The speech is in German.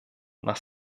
nach